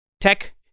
Tech